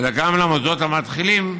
אלא גם למוסדות המתחילים,